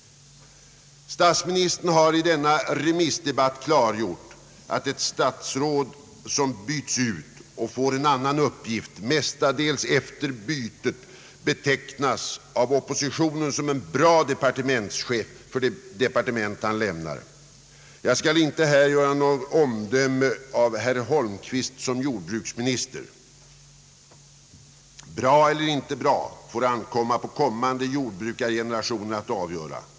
Statsministern har i denna remissdebatt klargjort att eti statsråd, som byts ut och får en annan uppgift, mestadels efter bytet betecknas av oppositionen som en bra departementschef för det departement han lämnar. Jag skall inte här göra något omdöme om herr Holmqvist som jordbruksminister. Bra eller inte bra — det får ankomma på kommande jordbrukargenerationer att avgöra.